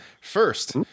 First